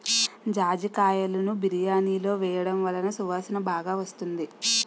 జాజికాయలును బిర్యానిలో వేయడం వలన సువాసన బాగా వస్తుంది